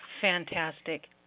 fantastic